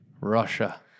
Russia